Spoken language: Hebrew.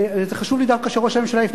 וחשוב לי דווקא שראש הממשלה ישמע,